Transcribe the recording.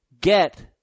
get